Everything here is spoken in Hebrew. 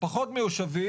פחות מיושבים.